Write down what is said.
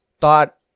thought